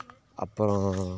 அப்புறம்